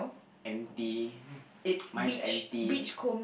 empty mine's empty